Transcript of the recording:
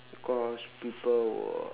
because people will